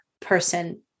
person